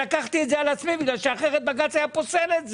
ולקחתי את זה על עצמי כי אחרת בג"ץ היה פוסל את זה.